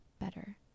better